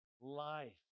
life